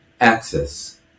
axis